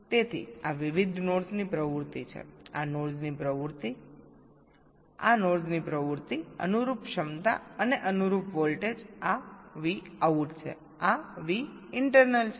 તેથી આ વિવિધ નોડ્સની પ્રવૃત્તિ છેઆ નોડ્સની પ્રવૃત્તિ આ નોડ્સની પ્રવૃત્તિ અનુરૂપ ક્ષમતા અને અનુરૂપ વોલ્ટેજ આ Vout છે આ Vinternal છે